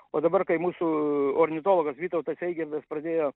o dabar kai mūsų ornitologas vytautas eigintas pradėjo